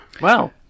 wow